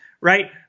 Right